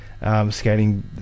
Skating